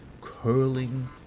curling